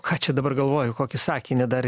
ką čia dabar galvoju kokį sakinį dar